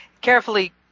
Carefully